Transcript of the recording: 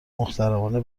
محترمانه